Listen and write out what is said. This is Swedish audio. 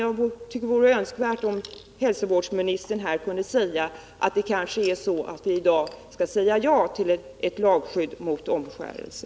Det vore önskvärt om hälsovårdsministern här kunde uttala att vi i dag kanske bör säga ja till ett lagskydd mot omskärelse.